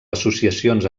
associacions